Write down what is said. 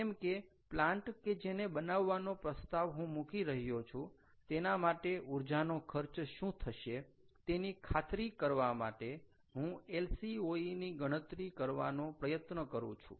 કેમ કે પ્લાન્ટ કે જેને બનાવવાનો પ્રસ્તાવ હું મુકી રહ્યો છું તેના માટે ઊર્જાનો ખર્ચ શું થશે તેની ખાતરી કરવા માટે હું LCOE ની ગણતરી કરવાનો પ્રયત્ન કરું છું